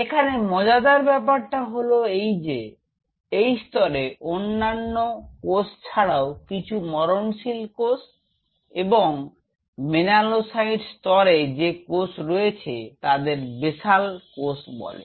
এখানে মজাদার ব্যাপারটা হল যে এই স্তরে অন্যান্য কোষ ছাড়াও কিছু মরণশীল কোষ এবং মেলানোসাইট স্তরে যে কোষ রয়েছে তাদের বেশাল কোষ বলে